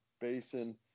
Basin